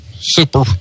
super